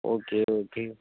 okay okay